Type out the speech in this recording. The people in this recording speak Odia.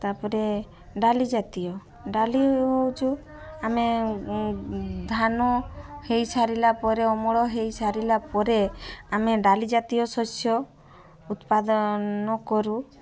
ତା'ପରେ ଡାଲି ଜାତୀୟ ଡାଲି ହେଉଛୁ ଆମେ ଧାନ ହେଇସାରିଲା ପରେ ଅମଳ ହେଇସାରିଲା ପରେ ଆମେ ଡାଲିଜାତୀୟ ଶସ୍ୟ ଉତ୍ପାଦନ କରୁ